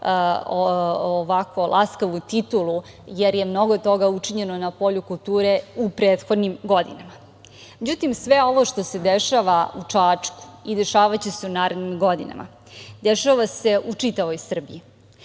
ovako laskavu titulu, jer je mnogo toga učinjeno na polju kulture u prethodnim godinama.Međutim, sve ovo što se dešava u Čačku i dešavaće se u narednim godinama, dešava se u čitavoj Srbiji. Srpska